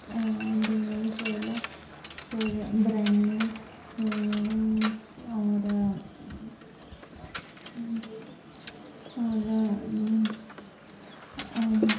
देंही आह्ले चौल फिर बरेआनी होर होर